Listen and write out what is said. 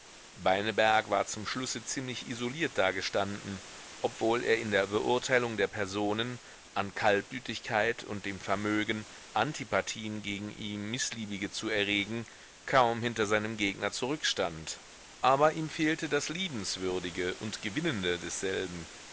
beineberg war zum schlusse ziemlich isoliert dagestanden obwohl er in der beurteilung der personen an kaltblütigkeit und dem vermögen antipathien gegen ihm mißliebige zu erregen kaum hinter seinem gegner zurückstand aber ihm fehlte das liebenswürdige und gewinnende desselben